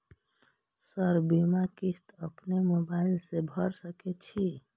Sir बीमा किस्त अपनो मोबाईल से भर सके छी?